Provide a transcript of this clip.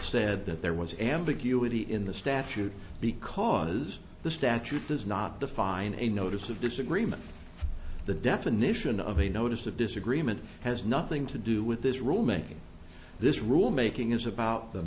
said that there was ambiguity in the statute because the statute does not define a notice of disagreement the definition of a notice of disagreement has nothing to do with this rule making this rule making is about the